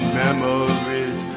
memories